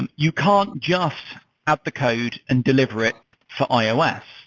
and you can't just app the code and deliver it for ios,